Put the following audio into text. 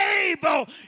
able